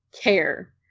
care